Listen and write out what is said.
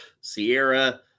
sierra